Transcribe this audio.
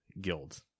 guilds